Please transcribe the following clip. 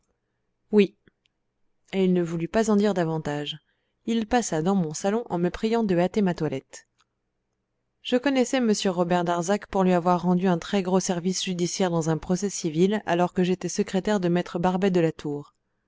et il ne voulut pas en dire davantage il passa dans mon salon en me priant de hâter ma toilette je connaissais m robert darzac pour lui avoir rendu un très gros service judiciaire dans un procès civil alors que j'étais secrétaire de me